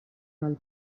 dal